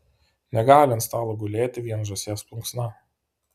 negali ant stalo gulėti vien žąsies plunksna